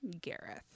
gareth